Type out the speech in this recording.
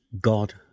God